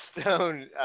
Stone